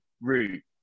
route